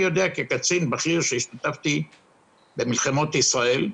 אני יודע כקצין בכיר שהשתתף במלחמות ישראל,